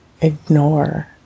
ignore